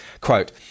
quote